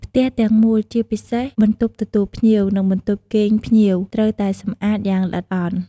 ផ្ទះទាំងមូល ជាពិសេសបន្ទប់ទទួលភ្ញៀវ និងបន្ទប់គេងភ្ញៀវ ត្រូវតែសម្អាតយ៉ាងល្អិតល្អន់។